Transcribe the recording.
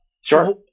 Sure